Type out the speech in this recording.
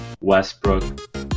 Westbrook